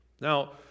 Now